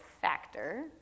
factor